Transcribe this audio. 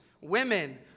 women